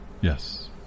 Yes